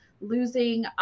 losing